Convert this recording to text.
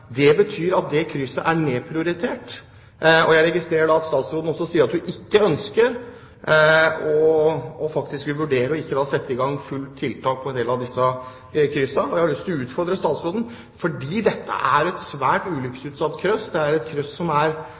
Det betyr at det krysset er nedprioritert. Jeg registrerer at statsråden også sier at hun ikke ønsker, og faktisk vil vurdere ikke å sette i gang, fulle tiltak på en del av disse kryssene. Jeg har lyst til å utfordre statsråden, fordi dette er et svært ulykkesutsatt kryss. Det er et kryss som er